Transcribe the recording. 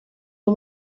aba